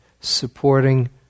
supporting